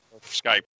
Skype